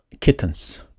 kittens